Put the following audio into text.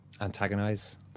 Antagonize